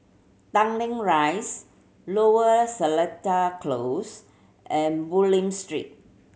Tanglin Rise Lower Seletar Close and Bulim Street